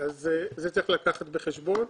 את זה צריך לקחת בחשבון.